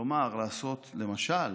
כלומר לעשות, למשל